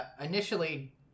initially